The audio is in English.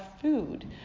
food